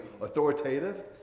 authoritative